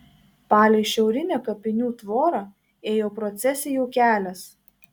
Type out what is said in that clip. palei šiaurinę kapinių tvorą ėjo procesijų kelias